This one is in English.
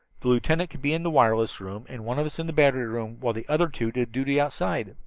the lieutenant could be in the wireless room, and one of us in the battery room, while the other two did duty outside.